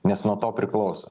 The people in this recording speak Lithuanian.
nes nuo to priklauso